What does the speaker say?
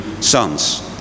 sons